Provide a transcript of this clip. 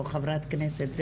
או חברת כנסת,